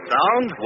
Sound